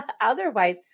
otherwise